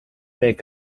make